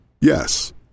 Yes